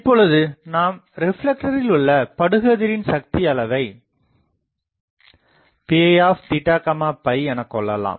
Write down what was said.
இப்பொழுது நாம் ரிப்லெக்டரில் உள்ள படுகதிரின் சக்தி அளவை Pi எனகொள்ளலாம்